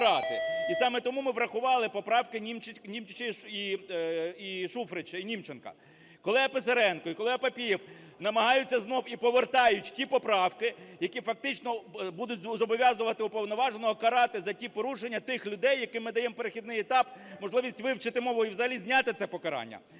І саме тому ми врахували поправкиНімчеча і Шуфрича… і Німченка. Колега Писаренко і колега Папієв намагаються знов і повертають ті поправки, які фактично будуть зобов'язувати уповноваженого карати за ті порушення тих людей, яким ми даємо перехідний етап, можливість вивчити мову і взагалі зняти це покарання.